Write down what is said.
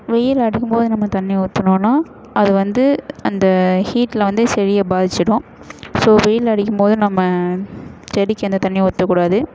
வெயில் அடிக்கும்போது நம்ம தண்ணி ஊற்றினோன்னா அது வந்து அந்த ஹீட்டில் வந்து செடியை பாதிச்சுடும் ஸோ வெயில் அடிக்கும்போது நம்ம செடிக்கு அந்த தண்ணி ஊற்றகூடாது